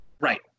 right